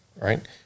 Right